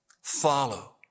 follow